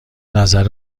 نظر